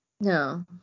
No